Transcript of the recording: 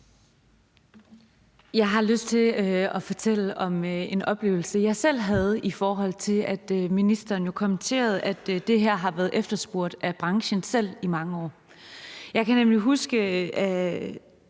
Jeg har lyst til at fortælle om en oplevelse, jeg selv havde, i forhold til at ministeren jo kommenterede, at det her har været efterspurgt af branchen selv i mange år. Jeg kan nemlig huske, at